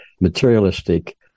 materialistic